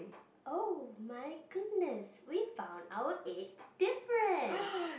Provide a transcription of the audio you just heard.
oh my goodness we found our eighth difference